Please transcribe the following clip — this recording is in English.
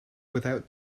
without